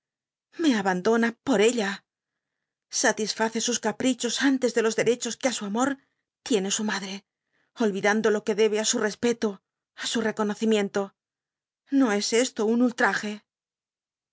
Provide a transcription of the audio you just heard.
me abandona por ella satisface sus caprichos antes twdi'c olde los dcecchos que ú su amor tiene sil i vitl amlo lo que debe á su respeto ri su cconocimicnto no es esto un ul